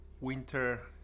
winter